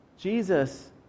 Jesus